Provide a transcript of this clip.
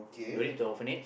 donate to orphanage